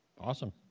Awesome